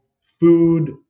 food